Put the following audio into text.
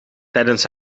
tijdens